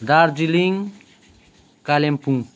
Darjeeling Kalimpong